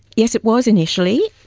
yes, it was initially.